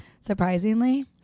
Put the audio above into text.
Surprisingly